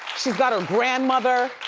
she's got her grandmother,